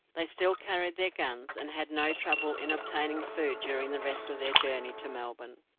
they still carried their guns, and had no trouble in obtaining food during the rest of their journey to melbourne.